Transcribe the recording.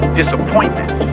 disappointment